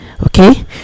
Okay